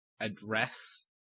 address